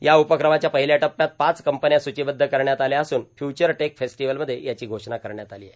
या उपक्रमाच्या र्पाहल्या टप्प्यात पाच कंपन्या सूचीबद्ध करण्यात आल्या असून फ्यूचर टेक फेस्टिवलमध्ये त्यांची घोषणा करण्यात आलो आहे